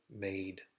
made